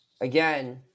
Again